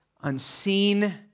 unseen